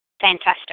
Fantastic